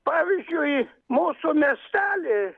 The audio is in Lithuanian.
pavyzdžiui mūsų miestely